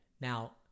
Now